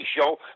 show